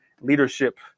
leadership